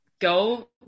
go